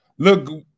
Look